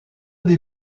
des